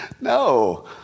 No